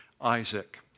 Isaac